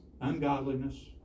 ungodliness